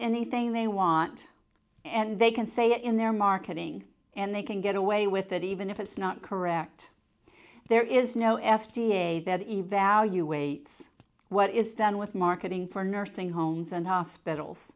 anything they want and they can say it in their marketing and they can get away with it even if it's not correct there is no f d a that evaluates what is done with marketing for nursing homes and hospitals